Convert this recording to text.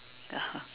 ya